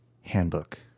Handbook